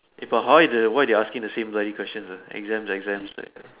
if I hire them why they asking the same bloody questions uh exams exams exams